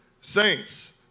Saints